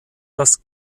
das